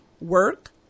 work